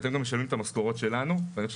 אתם גם משלמים את המשכורות שלנו ואני חושב